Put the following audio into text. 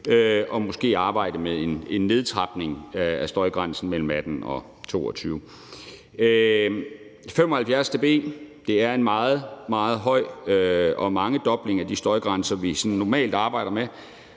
og måske arbejde med en nedtrapning af støjgrænsen mellem kl. 18 og 22. 75 dB er meget, meget højt og en mangedobling af de støjgrænser, vi sådan normalt arbejder med.